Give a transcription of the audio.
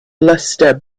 luster